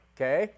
Okay